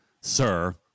Sir